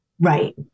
Right